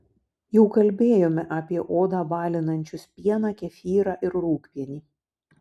jau kalbėjome apie odą balinančius pieną kefyrą ir rūgpienį